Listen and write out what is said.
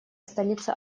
столица